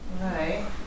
Right